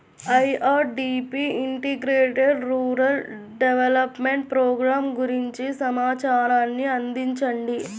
IRDP integrated rural development programme గురించి సమాచారాన్ని అందించండి?